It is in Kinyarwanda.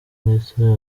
ndetse